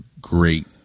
great